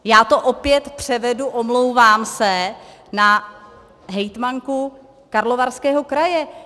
Já to opět převedu, omlouvám se, na hejtmanku Karlovarského kraje.